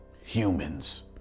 humans